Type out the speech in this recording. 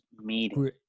meeting